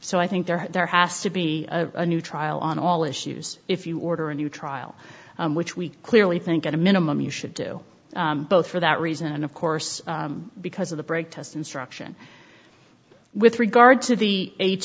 so i think there there has to be a new trial on all issues if you order a new trial which we clearly think at a minimum you should do both for that reason and of course because of the break test instruction with regard to the a